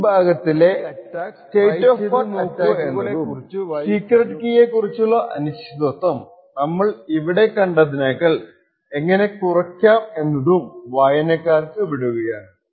ഈ വിഭാഗത്തിലെ state of art അറ്റാക്കുകളെ കുറിച്ചു വായിക്കാനും ഈ അറ്റാക്ക് ട്രൈ ചെയ്തു നോക്കുക എന്നതും സീക്രെട്ട് കീയെ കുറിച്ചുള്ള അനിശ്ചിതത്വം നമ്മൾ ഇവിടെ കണ്ടതിനേക്കാൾ എങ്ങനെ കുറക്കാം എന്നതും വായനക്കാർക്ക് വിടുകയാണ്